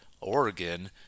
Oregon